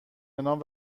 نام